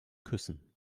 küssen